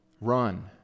run